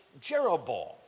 Jeroboam